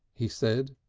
he said.